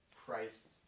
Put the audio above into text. Christ